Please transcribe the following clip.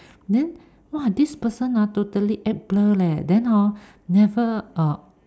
then !wah! this person ah totally act blur leh then hor never uh